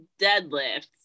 deadlifts